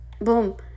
boom